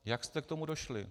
Jak jste k tomu došli?